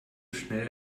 schnell